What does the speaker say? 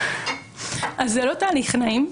זה לא תהליך נעים.